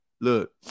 look